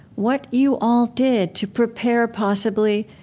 what you all did to prepare possibly